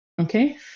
Okay